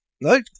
No